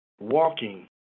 walking